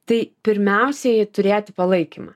tai pirmiausiai turėti palaikymą